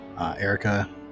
erica